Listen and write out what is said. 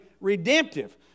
redemptive